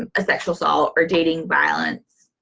um a sexual assault or dating violence,